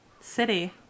City